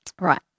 Right